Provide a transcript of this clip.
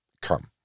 Come